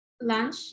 lunch